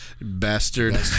bastard